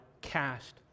cast